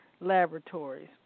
laboratories